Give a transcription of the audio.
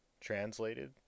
Translated